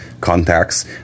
contacts